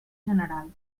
general